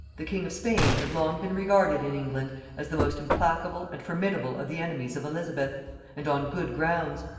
the king of spain had long been regarded in england as the most implacable and formidable of the enemies of elizabeth and on good grounds.